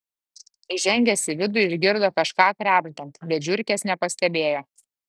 įžengęs į vidų išgirdo kažką krebždant bet žiurkės nepastebėjo